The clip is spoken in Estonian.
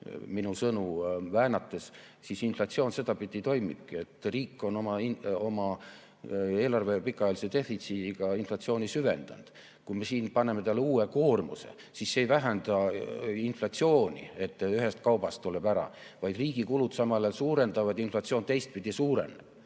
minu sõnu väänates. Inflatsioon sedapidi toimibki, et riik on oma eelarve pikaajalise defitsiidiga inflatsiooni süvendanud. Kui me paneme talle uue koormuse, siis see ei vähenda inflatsiooni, kui see ühe kauba puhul jääb ära, vaid riigi kulud samal ajal suurenevad, inflatsioon teistpidi suureneb.